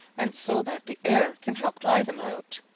and so that the air can help dry them out.